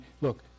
look